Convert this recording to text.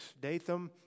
Datham